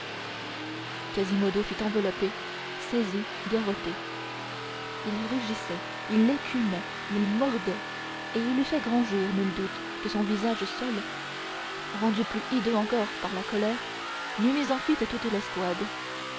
quasimodo fut enveloppé saisi garrotté il rugissait il écumait il mordait et s'il eût fait grand jour nul doute que son visage seul rendu plus hideux encore par la colère n'eût mis en fuite toute l'escouade